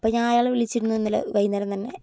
അപ്പം ഞാൻ അയാളെ വിളിച്ചിരുന്നു ഇന്നലെ വൈകുന്നേരം തന്നെ